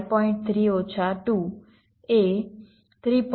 3 ઓછા 2 એ 3